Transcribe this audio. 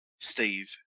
Steve